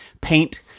paint